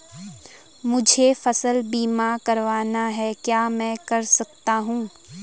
मुझे फसल बीमा करवाना है क्या मैं कर सकता हूँ?